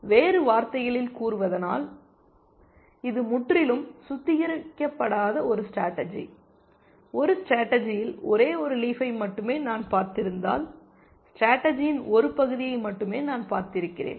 வேறு வார்த்தைகளில் கூறுவதானால் இது முற்றிலும் சுத்திகரிக்கப்படாத ஒரு ஸ்டேடர்ஜி ஒரு ஸ்டேடர்ஜியில் ஒரே ஒரு லீஃப்பை மட்டுமே நான் பார்த்திருந்தால் ஸ்டேடர்ஜியின் ஒரு பகுதியை மட்டுமே நான் பார்த்திருக்கிறேன்